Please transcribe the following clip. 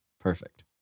Perfect